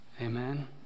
Amen